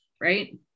right